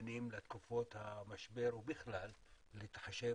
שמתכוננים לתקופות משבר ובכלל, צריך להתחשב